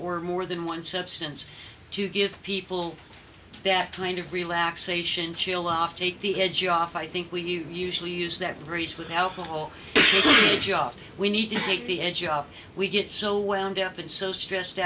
or more than one substance to give people that kind of relaxation chill laugh take the edge off i think we usually use that phrase with alcohol a job we need to take the edge off we get so wound up and so stressed